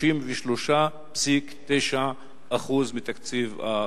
יחסית ל-2009 2010, 33.9% מתקציב החינוך.